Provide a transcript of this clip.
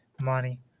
money